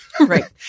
Right